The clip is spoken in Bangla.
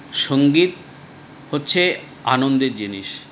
সঙ্গীত হচ্ছে আনন্দের জিনিস